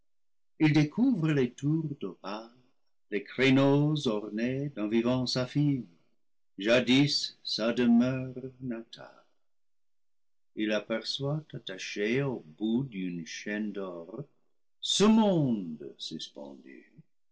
il découvre les tours d'opale les créneaux ornés d'un vivant saphir jadis sa demeure natale il aperçoit attaché au bout d'une chaîne d'or ce monde suspendu